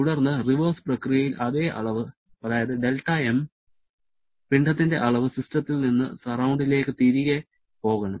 തുടർന്ന് റിവേഴ്സ് പ്രക്രിയയിൽ അതേ അളവ് അതായത് δm പിണ്ഡത്തിന്റെ അളവ് സിസ്റ്റത്തിൽ നിന്ന് സറൌണ്ടിങ്ങിലേക്ക് തിരികെ പോകണം